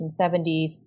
1970s